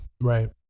Right